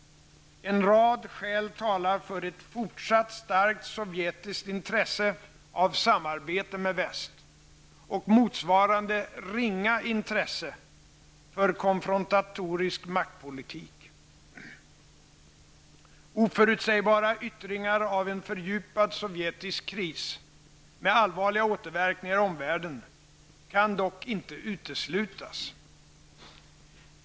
En rad skäl talar för ett fortsatt starkt sovjetiskt intresse av samarbete med väst, och ett motsvarande ringa intresse för konfrontatorisk maktpolitik. Oförutsägbara yttringar av en fördjupad sovjetisk kris, med allvarliga återverkningar i omvärlden, kan dock inte uteslutas.